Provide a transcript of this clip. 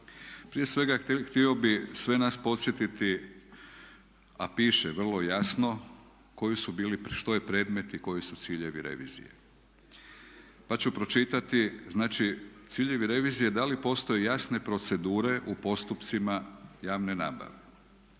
Prije svega, htio bih sve nas podsjetiti a piše vrlo jasno koji su bili, što je predmet i koji su ciljevi revizije. Pa ću pročitati, znači ciljevi revizije da li postoje jasne procedure u postupcima javne nabave.